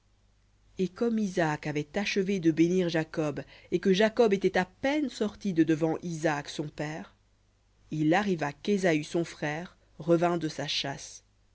et comme isaac avait achevé de bénir jacob et que jacob était à peine sorti de devant isaac son père il arriva qu'ésaü son frère revint de sa chasse